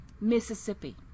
Mississippi